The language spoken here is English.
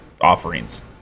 offerings